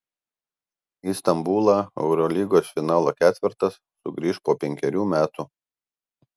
į stambulą eurolygos finalo ketvertas sugrįš po penkerių metų